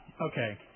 okay